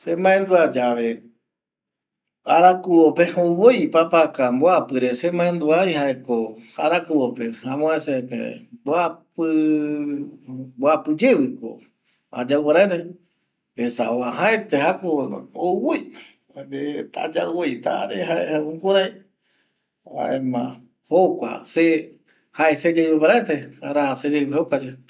Se mandua ya ve arakuvo pe ou voi papaca re mbuapi re semandua ai, arakuvo pe ko amopese ve mbuapi ye ayau sugui jaeramo jae seyeipe taraja voi kua seyeipe